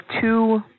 two